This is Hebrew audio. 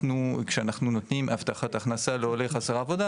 כשאנחנו נותנים הבטחת הכנסה לעולה חסר עבודה,